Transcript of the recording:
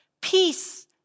Peace